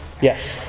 Yes